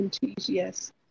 Yes